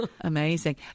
Amazing